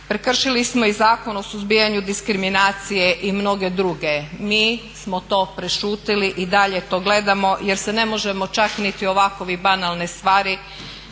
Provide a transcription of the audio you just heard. prekršili smo i Zakon o suzbijanju diskriminacije i mnoge druge. Mi smo to prešutili i dalje to gledamo jer se ne možemo čak niti ovakve banalne stvari